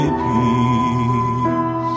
peace